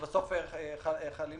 המציאות תהיה